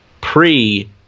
pre